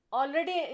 already